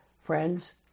Friends